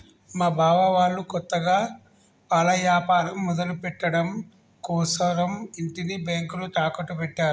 మా బావ వాళ్ళు కొత్తగా పాల యాపారం మొదలుపెట్టడం కోసరం ఇంటిని బ్యేంకులో తాకట్టు పెట్టారు